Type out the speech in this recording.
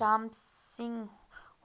Ramsingh